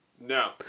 No